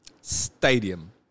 Stadium